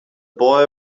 boy